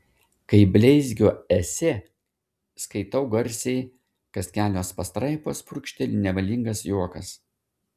kai bleizgio esė skaitau garsiai kas kelios pastraipos purkšteli nevalingas juokas